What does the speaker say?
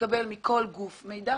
לקבל מכל גוף מידע.